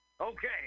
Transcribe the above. Okay